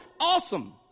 Awesome